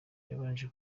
yabanje